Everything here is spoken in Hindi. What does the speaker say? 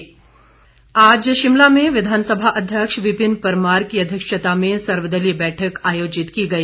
सर्वदलीय बैठक आज शिमला में विधानसभा अध्यक्ष विपिन परमार की अध्यक्षता में सर्वदलीय बैठक आयोजित की गई